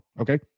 Okay